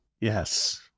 Yes